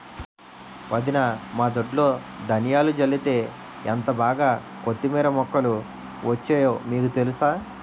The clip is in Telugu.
వదినా మా దొడ్లో ధనియాలు జల్లితే ఎంటబాగా కొత్తిమీర మొక్కలు వచ్చాయో మీకు తెలుసా?